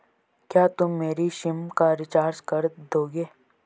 क्या तुम मेरी सिम का रिचार्ज कर दोगे?